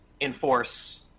enforce